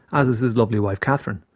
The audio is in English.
as is his lovely wife, kathryn.